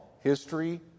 history